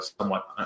somewhat